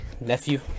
nephew